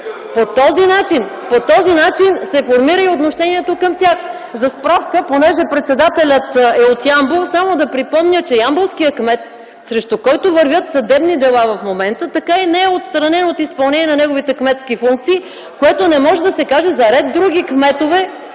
По този начин се формира и отношението към тях. За справка, понеже председателят е от Ямбол, само да припомня, че ямболският кмет, срещу който вървят съдебни дела в момента, така и не е отстранен от изпълнение на неговите кметски функции, което не може да се каже за ред други кметове...